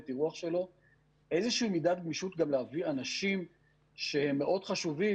האירוח שלו איזושהי מידת גמישות גם להביא אנשים שהם מאוד חשובים,